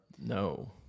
no